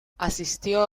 asistió